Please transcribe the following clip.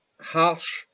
harsh